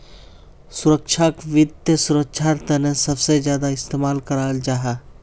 सुरक्षाक वित्त सुरक्षार तने सबसे ज्यादा इस्तेमाल कराल जाहा